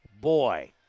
boy